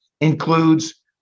includes